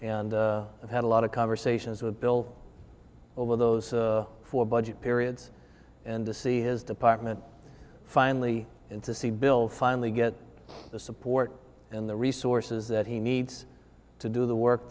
and i've had a lot of conversations with bill over those four budget periods and to see his department finally in to see bill finally get the support and the resources that he needs to do the work